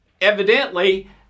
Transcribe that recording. evidently